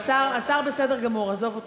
השר בסדר גמור, עזוב אותו.